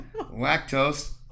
Lactose